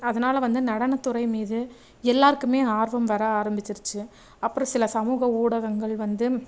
அதனால் வந்து நடனத்துறை மீது எல்லாருக்குமே ஆர்வம் வர ஆரம்பிச்சுருச்சி அப்புறம் சில சமூக ஊடகங்கள் வந்து